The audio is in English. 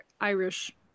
Irish